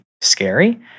scary